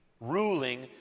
ruling